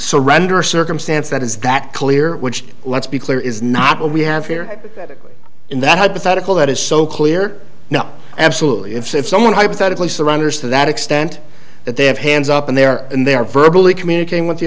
surrender circumstance that is that clear which let's be clear is not what we have here in that had pathetically that is so clear now absolutely if someone hypothetically surrenders to that extent that they have hands up in there and they are virtually communicating with the